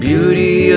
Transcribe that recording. Beauty